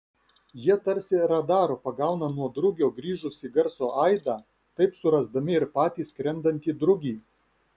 jie tarsi radaru pagauna nuo drugio grįžusį garso aidą taip surasdami ir patį skrendantį drugį